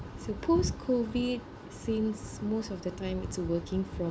so post-COVID since most of the time is working from